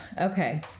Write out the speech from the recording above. Okay